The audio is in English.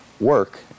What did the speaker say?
work